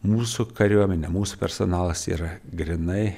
mūsų kariuomenė mūsų personalas yra grynai